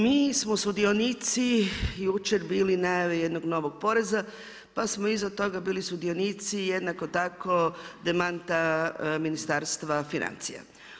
Mi smo sudionici jučer bili najave jednog novog poreza, pa smo iza toga bili sudionici, jednako tako demant Ministarstva financija.